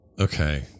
okay